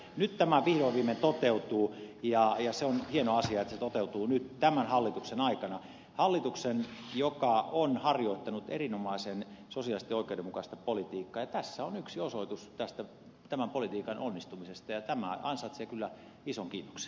nyt tämä vihdoin viimein toteutuu ja on hieno asia että se toteutuu nyt tämän hallituksen aikana hallituksen joka on harjoittanut sosiaalisesti erinomaisen oikeudenmukaista politiikkaa ja tässä on yksi osoitus tästä tämän politiikan onnistumisesta ja tämä ansaitsee kyllä ison kiitoksen